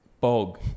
Bog